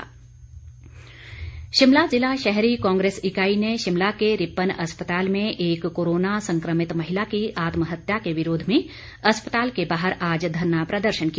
धरना शिमला जिला शहरी कांग्रेस इकाई ने शिमला के रिपन अस्पताल में एक कोरोना संक्रमित महिला की आत्म हत्या के विरोध में अस्पताल के बाहर आज धरना प्रदर्शन किया